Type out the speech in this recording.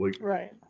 right